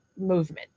Movement